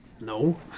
No